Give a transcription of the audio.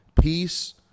peace